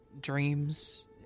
Dreams